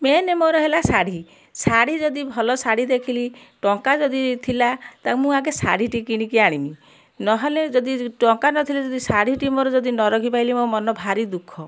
main ମୋର ହେଲା ଶାଢ଼ୀ ଶାଢ଼ୀ ଯଦି ଭଲ ଶାଢ଼ୀ ଦେଖିଲି ଟଙ୍କା ଯଦି ଥିଲା ତ ମୁଁ ଆଗେ ଶାଢ଼ୀଟି କିଣିକି ଆଣିବି ନହେଲେ ଯଦି ଟଙ୍କା ନଥିଲେ ଯଦି ଶାଢ଼ୀଟି ଯଦି ମୋର ନ ରଖି ପାରିଲି ମୋ ମନ ଭାରି ଦୁଃଖ